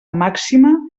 màxima